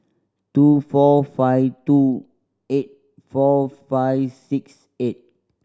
two four five two eight four five six eight